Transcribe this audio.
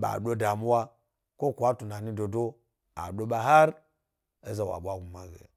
ɓaado demuwa ko kwa tunani dodo ado damuwa ko kwa tunani dodo ado ɓa har ezawa bwa gnumage.